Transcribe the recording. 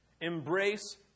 embrace